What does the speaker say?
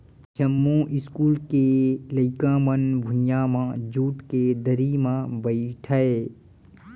जमो इस्कूल के लइका मन भुइयां म जूट के दरी म बइठय